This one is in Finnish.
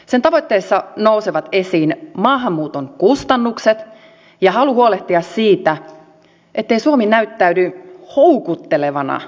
sen tavoitteissa nousevat esiin maahanmuuton kustannukset ja halu huolehtia siitä ettei suomi näyttäydy houkuttelevana paikkana